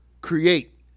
create